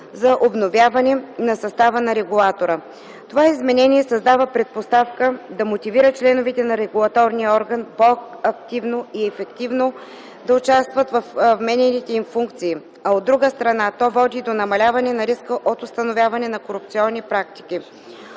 за обновяване на състава на регулатора. Това изменение създава предпоставки да мотивира членовете на регулаторния орган по-активно и ефективно да осъществяват вменените им функции, а, от друга страна, то води и до намаляване на риска от установяване на корупционни практики.